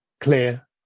clear